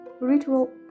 ritual